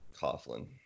Coughlin